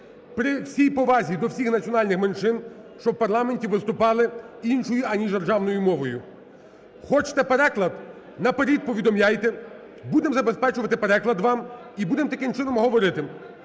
при всій повазі до всіх національних меншин, щоб у парламенті виступали іншою, аніж державною мовою. Хочете переклад? Наперед повідомляйте, будемо забезпечувати переклад вам і будемо таким чином говорити.